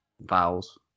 Vowels